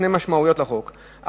שתי משמעויות לחוק.